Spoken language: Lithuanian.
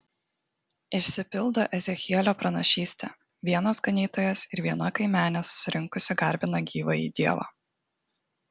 išsipildo ezechielio pranašystė vienas ganytojas ir viena kaimenė susirinkusi garbina gyvąjį dievą